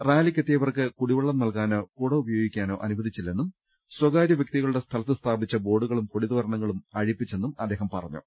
റാലിക്കെത്തിയവർക്ക് കുടി വെള്ളം നൽകാനോ കുട ഉപയോഗിക്കാനോ അനുവദിച്ചി ല്ലെന്നും സ്ഥകാര്യ വ്യക്തികളുടെ സ്ഥലത്ത് സ്ഥാപിച്ച ബോർഡുകളും കൊടിതോരണങ്ങളും അഴിപ്പിച്ചെന്നും അദ്ദേഹം പറഞ്ഞു